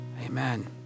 Amen